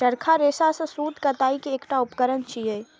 चरखा रेशा सं सूत कताइ के एकटा उपकरण छियै